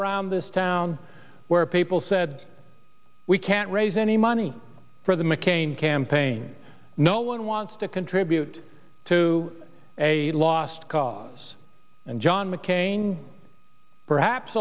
around this town where people said we can't raise any money for the mccain campaign no one wants to contribute to a lost cause and john mccain perhaps